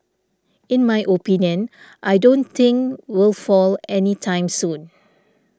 in my opinion I don't think will fall any time soon